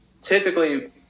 typically